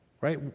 Right